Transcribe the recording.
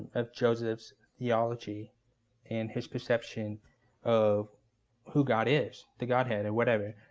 of joseph's theology and his perception of who god is, the godhead, or whatever.